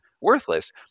worthless